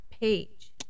Page